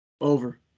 Over